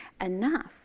enough